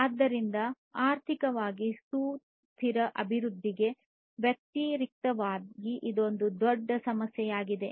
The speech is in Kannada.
ಆದ್ದರಿಂದ ಆರ್ಥಿಕವಾಗಿ ಸುಸ್ಥಿರ ಅಭಿವೃದ್ಧಿಗೆ ವ್ಯತಿರಿಕ್ತವಾಗಿ ಇದು ಒಂದು ದೊಡ್ಡ ಸಮಸ್ಯೆಯಾಗಿದೆ